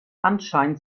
anscheinend